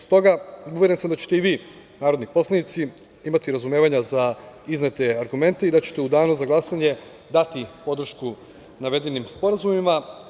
Stoga, uveren sam da ćete i vi, narodni poslanici, imati razumevanja za iznete argumente i da ćete u danu za glasanje dati podršku navedenim sporazumima.